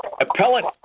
Appellant